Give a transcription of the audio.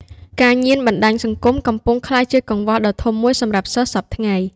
ការញៀនបណ្ដាញសង្គម កំពុងក្លាយជាកង្វល់ដ៏ធំមួយសម្រាប់សិស្សសព្វថ្ងៃ។